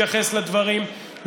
התייחס לדברים,